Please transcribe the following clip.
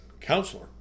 counselor